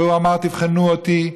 הוא אמר: תבחנו אותי.